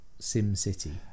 SimCity